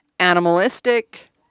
Animalistic